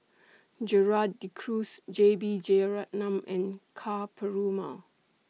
Gerald De Cruz J B Jeyaretnam and Ka Perumal